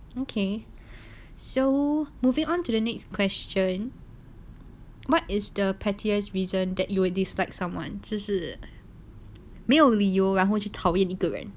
okay so moving on to the next question what is the pettiest reason that you will dislike someone 就是没有理由然后去讨厌一个人